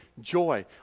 joy